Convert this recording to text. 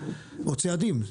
או צעדים.